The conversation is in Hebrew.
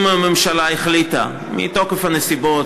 אם הממשלה החליטה מתוקף הנסיבות,